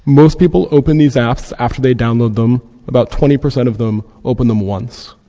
most people open these apps after they download them about twenty percent of them open them once.